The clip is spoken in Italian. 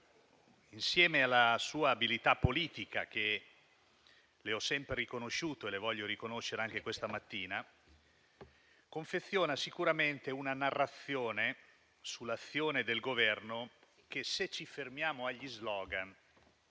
insieme alla sua abilità politica, che gli ho sempre riconosciuto e che gli voglio riconoscere anche questa mattina, confeziona sicuramente una narrazione sull'azione del Governo che, se ci fermiamo agli *slogan*,